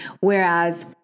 Whereas